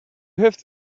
have